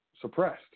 suppressed